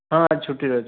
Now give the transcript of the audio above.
ହଁ ଆଜି ଛୁଟିରେ ଅଛି